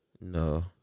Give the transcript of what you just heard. No